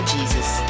Jesus